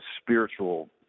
spiritual